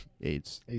AIDS